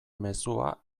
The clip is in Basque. mezua